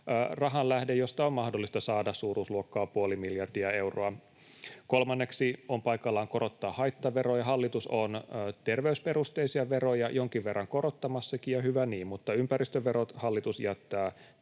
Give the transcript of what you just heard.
rahanlähde, josta on mahdollista saada suuruusluokkaa puoli miljardia euroa. Kolmanneksi on paikallaan korottaa haittaveroja. Hallitus on terveysperusteisia veroja jonkin verran korottamassakin, ja hyvä niin, mutta ympäristöverot hallitus jättää